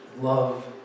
love